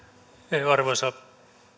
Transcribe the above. arvoisa